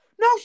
No